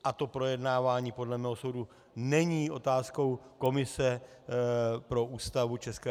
A to projednávání podle mého soudu není otázkou komise pro Ústavu ČR.